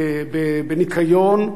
בניקיון,